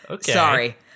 sorry